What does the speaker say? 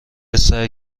سعی